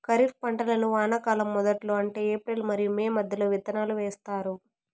ఖరీఫ్ పంటలను వానాకాలం మొదట్లో అంటే ఏప్రిల్ మరియు మే మధ్యలో విత్తనాలు వేస్తారు